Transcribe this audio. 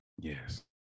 yes